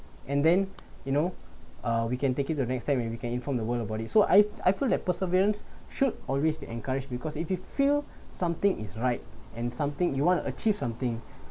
and then you know uh we can take it to the next time we can inform the world about it so I I feel like perseverance should always be encouraged because if you feel something is right and something you want to achieve something